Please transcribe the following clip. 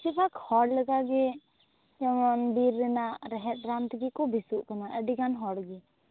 ᱵᱮᱥᱤᱨ ᱵᱷᱟᱜᱽ ᱦᱚᱲ ᱞᱮᱠᱟᱜᱮ ᱡᱮᱢᱚᱱ ᱵᱤᱨ ᱨᱮᱱᱟᱜ ᱨᱮᱦᱮᱫ ᱨᱟᱱ ᱛᱮᱜᱮᱠᱚ ᱵᱮᱥᱚᱜ ᱠᱟᱱᱟ ᱟ ᱰᱤᱜᱟᱱ ᱦᱚᱲᱜᱮ